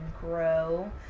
grow